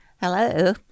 Hello